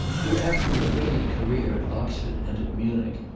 who, after a brilliant career at oxford and at munich,